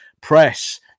Press